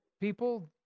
people